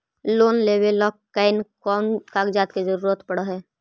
Loan लेबे ल कैन कौन कागज के जरुरत पड़ है?